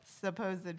supposed